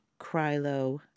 Krylo